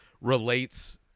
relates